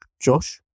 Josh